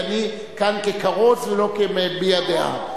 כי אני כאן ככרוז ולא כמביע דעה.